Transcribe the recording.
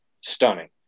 stunning